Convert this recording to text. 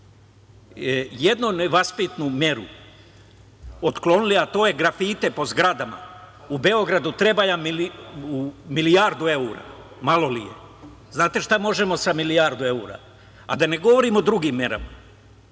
jednu nevaspitnu meru otklonili, a to je grafite po zgradama u Beogradu, treba nam milijardu evra. Malo li je? Znate li šta možemo sa milijardu evra? Da ne govorim o drugim merama. Dakle,